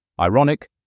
ironic